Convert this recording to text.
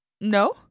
No